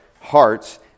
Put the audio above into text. hearts